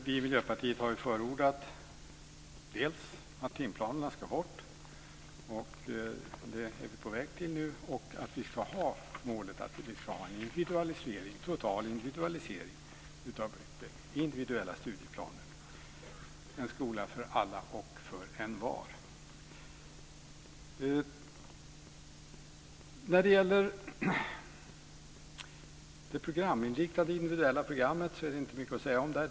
Vi i Miljöpartiet har förordat dels att timplanerna ska bort - det är vi på väg till nu - dels att vi ska ha målet om en total individualisering, individuella studieplaner. En skola för alla och för envar. När det gäller det programinriktade individuella programmet är det inte mycket att säga om det.